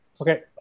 Okay